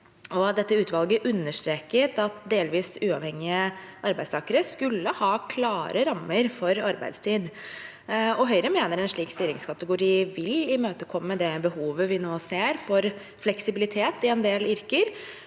Dette utvalget understreket at delvis uavhengige arbeidstakere skulle ha klare rammer for arbeidstid. Høyre mener en slik stillingskategori vil imøtekomme det behovet vi nå ser for fleksibilitet i en del yrker.